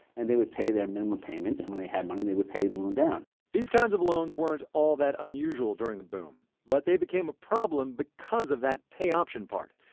and they would pay their minimum payment and when they had money they would pay the loan down these kinds of loans weren't all that unusual during the boom. but they became a problem because of that pay-option part.